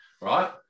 right